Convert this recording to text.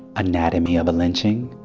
anatomy of a lynching.